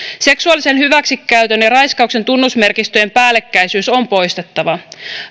seksuaalisen hyväksikäytön ja raiskauksen tunnusmerkistöjen päällekkäisyys on poistettava